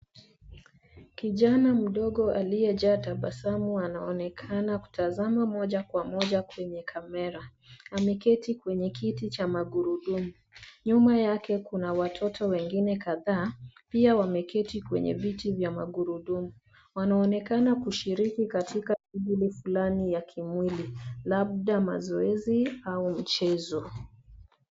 Kijana mdogo aliyejaa tabasamu anaonekana kutazama moja kwa moja kwenye kamera ,ame keti kwenye kiti cha magurudumu, nyuma yake kuna watoto wengine kadhaa pia wameketi kwenye viti vya magurudumu , wanonekana kushiriki katika shughuli flani ya kimwili labda mazoezi au mchezo.